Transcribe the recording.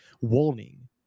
Warning